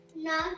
No